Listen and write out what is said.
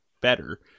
better